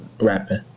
rapping